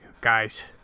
guys